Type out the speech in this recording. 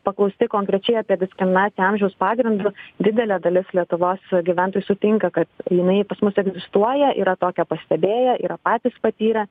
paklausti konkrečiai apie diskriminaciją amžiaus pagrindu didelė dalis lietuvos gyventojų sutinka kad jinai pas mus egzistuoja yra tokią pastebėję yra patys patyrę